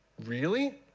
really?